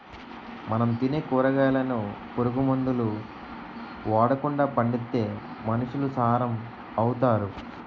మనం తినే కూరగాయలను పురుగు మందులు ఓడకండా పండిత్తే మనుసులు సారం అవుతారు